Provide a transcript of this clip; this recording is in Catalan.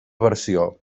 versió